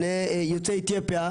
יוצאי אתיופיה,